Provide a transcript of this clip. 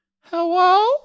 Hello